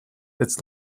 its